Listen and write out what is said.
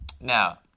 Now